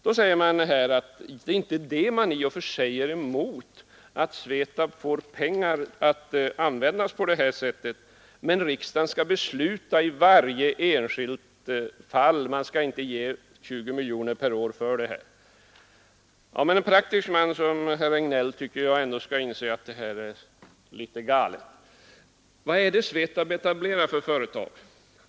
Då säger man här, att man i och för sig inte är emot att Svetab får pengar att användas på detta sätt, men riksdagen skall besluta i varje enskilt fall; man skall inte nu besluta att ge 20 miljoner kronor per år. En praktisk man som herr Regnéll borde inse att det är litet galet. Vilka företag etablerar Svetab?